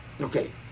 Okay